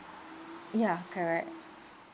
ya correct